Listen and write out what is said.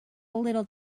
little